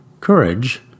courage